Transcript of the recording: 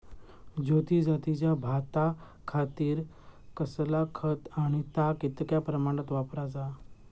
ज्योती जातीच्या भाताखातीर कसला खत आणि ता कितक्या प्रमाणात वापराचा?